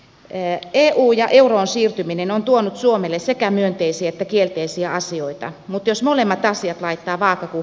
ee eeuu ja euroon siirtyminen on tuonut suomelle sekä myönteisiä kielteisiä asioita jos molemmat asiat vaikka varpu